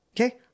Okay